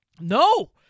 No